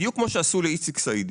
בדיוק כמו שעשו לאיציק סעידיאן,